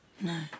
No